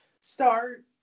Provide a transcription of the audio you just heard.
start